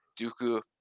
dooku